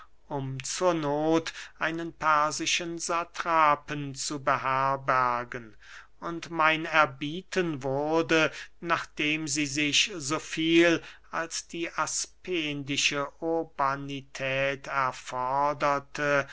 zur noth einen persischen satrapen zu beherbergen und mein erbieten wurde nachdem sie sich so viel als die aspendische urbanität erforderte